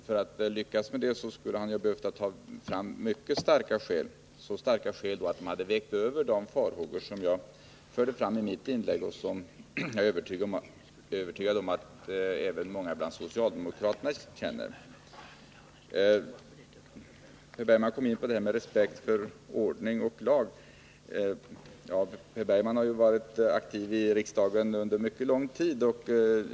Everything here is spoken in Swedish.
För att lyckas med detta hade han behövt ta fram mycket starka skäl, så starka att de vägt över de farhågor som jag förde fram i mitt inlägg och som jag är övertygad om att även många socialdemokrater hyser. Per Bergman kom in på respekten för ordning och lag. Ja, Per Bergman har ju varit aktiv i riksdagen under mycket lång tid.